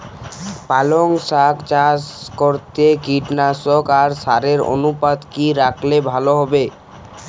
পালং শাক চাষ করতে কীটনাশক আর সারের অনুপাত কি রাখলে ভালো হবে?